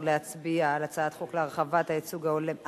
להצביע על הצעת חוק להרחבת הייצוג ההולם,